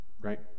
Right